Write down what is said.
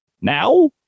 now